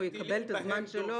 והוא יקבל את הזמן שלו.